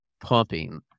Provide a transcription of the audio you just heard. pumping